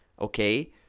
okay